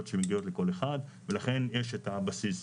שמגיעות לכל אחד ולכן יש את הבסיס,